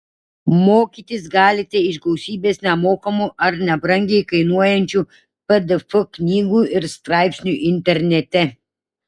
mokytis galite iš gausybės nemokamų ar nebrangiai kainuojančių pdf knygų ir straipsnių internete